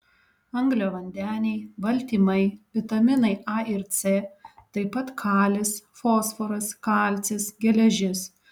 angliavandeniai baltymai vitaminai a ir c taip pat kalis fosforas kalcis geležis